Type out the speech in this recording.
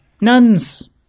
nuns